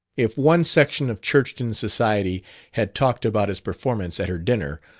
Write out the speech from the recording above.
if one section of churchton society had talked about his performance at her dinner,